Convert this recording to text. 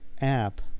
app